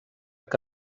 que